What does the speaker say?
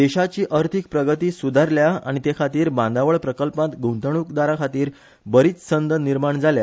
देशाची आर्थिक प्रगती सुधारल्या आनी ते खातीर बांधावळ प्रकल्पांत गुंतवणुकदारा खातीर बरीच संद निर्माण जाल्या